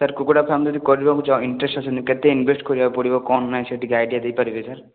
sir କୁକୁଡ଼ା farm ଯଦି କରିବାକୁ ଚାହିଁ ଇଣ୍ଟରେଷ୍ଟ୍ ଅଛନ୍ତି କେତେ ଇନଭେଷ୍ଟ୍ କରିବାକୁ ପଡ଼ିବ କ'ଣ ନାହିଁ ସେ ଟିକେ ଆଇଡ଼ିଆ ଦେଇ ପାରିବେ ସାର୍